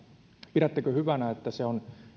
pidättekö hyvänä että se on